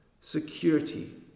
security